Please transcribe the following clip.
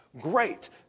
Great